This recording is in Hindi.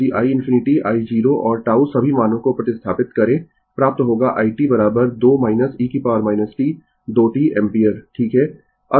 यदि i ∞ i0 और τ सभी मानों को प्रतिस्थापित करें प्राप्त होगा i t 2 e t 2 t ampere ठीक है